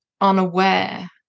unaware